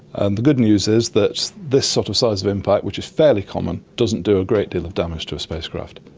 and the good news is that this sort of size of impact, which is fairly common, doesn't do a great deal of damage to a spacecraft.